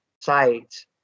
sites